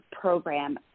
program